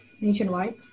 Nationwide